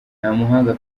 ntamuhanga